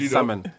Salmon